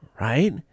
right